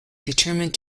determined